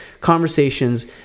conversations